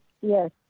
Yes